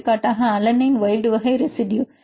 எடுத்துக்காட்டாக alanine wild வகை residue